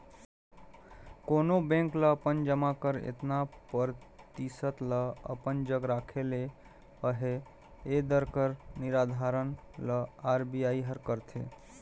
कोनो बेंक ल अपन जमा कर एतना परतिसत ल अपन जग राखे ले अहे ए दर कर निरधारन ल आर.बी.आई हर करथे